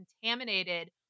contaminated